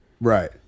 Right